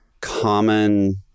common